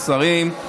שרים,